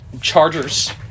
Chargers